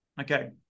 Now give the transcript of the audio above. okay